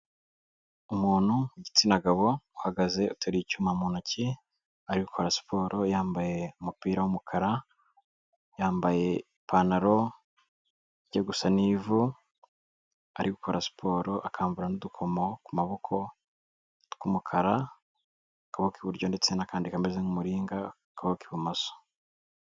Umuntu w'igitsina gabo uhagaze utera icyuma mu ntoki akora siporo, yambaye umupira w'umukara, yambaye ipantaro ijya gusa n'ivu, arimo arakora siporo, akambara n'udukomo ku maboko tw'umukara, akaboko k'iburyo ndetse n'akandi kameze nk'umuringa ku kaboko k'ibumoso.